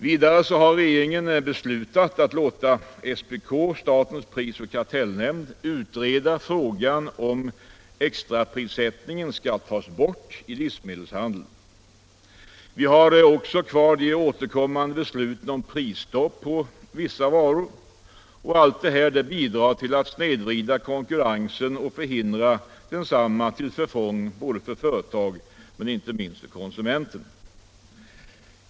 Vidare har regeringen beslutat att låta SPK, statens pris och kartellnämnd, utreda frågan om extraprissättningen skall tas bort i livsmedels handeln. Vi har också kvar de återkommande besluten om prisstopp på vissa varor. Allt detta bidrar till att snedvrida konkurrensen och förhindra densamma till förfång för både företag och konsumenter.